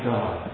God